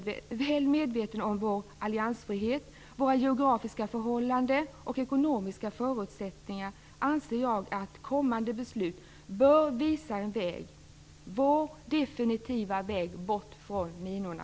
Väl medveten om vår alliansfrihet, våra geografiska förhållanden och ekonomiska förutsättningar anser jag att kommande beslut bör utvisa en väg - vår definitiva väg bort från minorna.